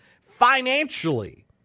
financially